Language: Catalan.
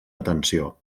atenció